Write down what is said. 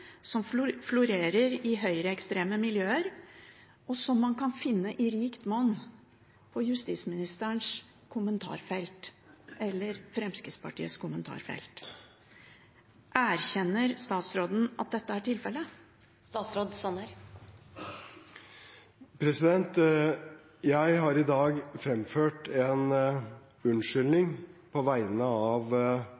konspirasjonsteoriene som florerer i høyreekstreme miljøer, og som man kan finne i rikt monn i justisministerens kommentarfelt eller Fremskrittspartiets kommentarfelt. Erkjenner statsråden at dette er tilfellet? Jeg har i dag fremført en unnskyldning